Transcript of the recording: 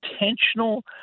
intentional